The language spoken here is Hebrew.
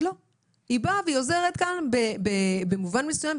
כתוב שהיא באה ועוזרת במובן מסוים.